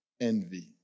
envy